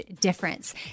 difference